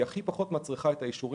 היא הכי פחות מצריכה את האישורים